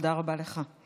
תודה רבה לך.